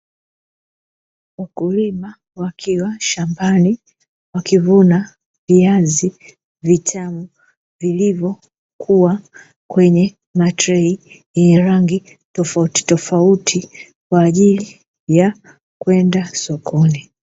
Wakulima wakiwa shambani wakivuna viazi vitamu, vilivyokuwa kwenye matrei yenye rangi tofautitofauti kwa ajili ya kwenda sokoni.